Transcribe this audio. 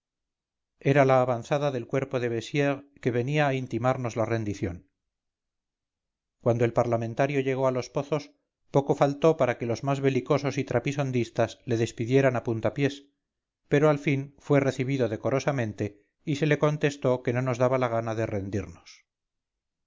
era la avanzadadel cuerpo de bessieres que venía a intimarnos la rendición cuando el parlamentario llegó a los pozos poco faltó para que los más belicosos y trapisondistas le despidieran a puntapiés pero al fin fue recibido decorosamente y se le contestó que no nos daba gana de rendirnos